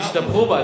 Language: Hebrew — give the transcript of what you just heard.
תשתבחו בה.